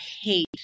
hate